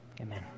amen